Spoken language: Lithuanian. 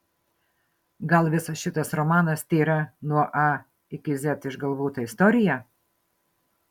gal visas šitas romanas tėra nuo a iki z išgalvota istorija